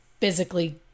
physically